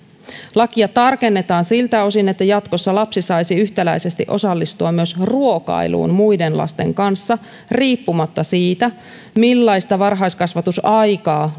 lakia tarkennetaan siltä osin että jatkossa lapsi saisi yhtäläisesti osallistua myös ruokailuun muiden lasten kanssa riippumatta siitä millaista varhaiskasvatusaikaa